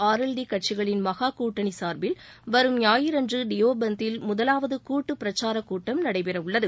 R L D கட்சிகளின் மகா கூட்டணி சார்பில் வரும் ஞாயிறன்று டியோபந்தில் முதலாவது கூட்டுப் பிரச்சாரக்கூட்டம் நடைபெறவுள்ளது